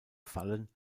fallen